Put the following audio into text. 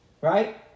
right